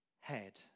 head